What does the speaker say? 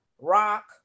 rock